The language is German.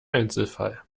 einzelfall